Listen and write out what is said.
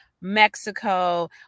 Mexico